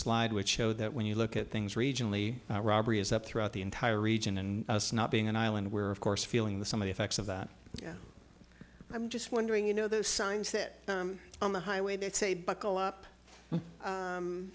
slide which showed that when you look at things regionally robbery is up throughout the entire region and it's not being an island where of course feeling the some of the effects of that i'm just wondering you know those signs that on the highway they say buckle up